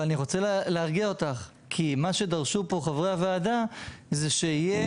אבל אני רוצה להרגיע אותך כי מה שדרשו פה חברי הוועדה הוא שיהיה